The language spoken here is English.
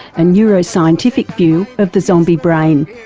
a neuroscientific view of the zombie brain.